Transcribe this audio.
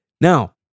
Now